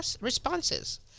responses